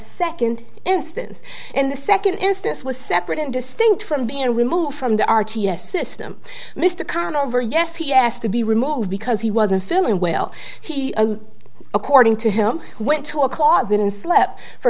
second instance and the second instance was separate and distinct from being removed from the r t s system mr connor over yes he asked to be removed because he wasn't feeling well he according to him went to a closet and slept for